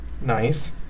Nice